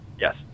Yes